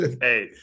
hey